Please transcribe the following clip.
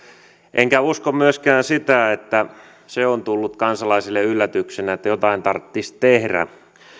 enkä usko myöskään sitä että se on tullut kansalaisille yllätyksenä että jotain tarttis tehrä